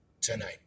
tonight